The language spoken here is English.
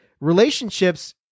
relationships